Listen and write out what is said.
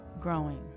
growing